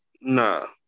No